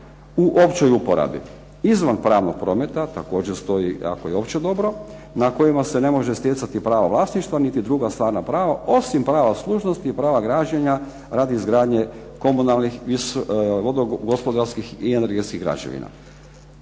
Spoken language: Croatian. u općoj uporabi, izvan pravnog prometa, također stoji ako je opće dobro, na kojima se ne može stjecati pravo vlasništva, niti druga stvarna prava, osim prava služnosti i prava građenja radi izgradnje komunalnih, gospodarskih i energetskih građevina.